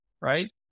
right